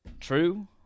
true